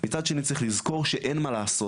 מצד שני צריך לזכור שאין מה לעשות,